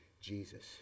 Jesus